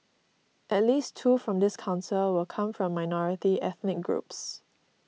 at least two from this Council will come from minority ethnic groups